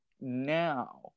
now